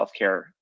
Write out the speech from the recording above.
healthcare